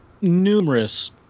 numerous